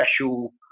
special